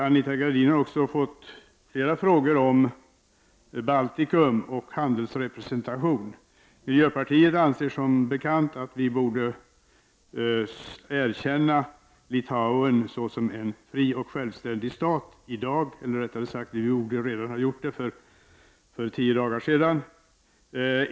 Anita Gradin har också fått flera frågor om Baltikum och handelsrepresentation där. Miljöpartiet anser som bekant att Sverige borde erkänna Litauen som en fri och självständig stat i dag. Rättare sagt borde Sverige ha gjort det redan för tio dagar sedan.